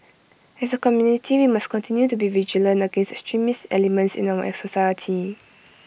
as A community we must continue to be vigilant against extremist elements in our society